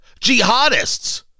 jihadists